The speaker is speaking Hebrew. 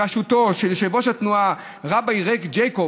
בראשות יושב-ראש התנועה, ראביי ריק גיי'קובס,